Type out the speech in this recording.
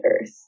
earth